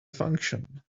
function